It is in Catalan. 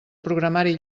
programari